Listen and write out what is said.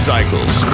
Cycles